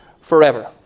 Forever